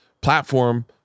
platform